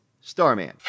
Starman